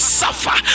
suffer